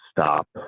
stop